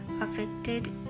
affected